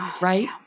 right